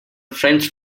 french